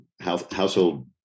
Household